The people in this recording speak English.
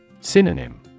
Synonym